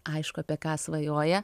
aišku apie ką svajoja